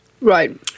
Right